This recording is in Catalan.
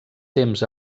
temps